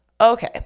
Okay